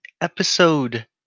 Episode